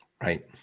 right